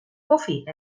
koffie